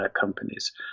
companies